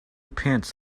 pants